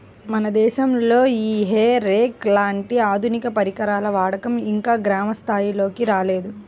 మన దేశంలో ఈ హే రేక్ లాంటి ఆధునిక పరికరాల వాడకం ఇంకా గ్రామ స్థాయిల్లోకి రాలేదు